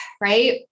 right